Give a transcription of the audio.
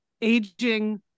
aging